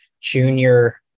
Junior